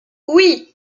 oui